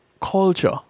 culture